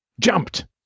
Jumped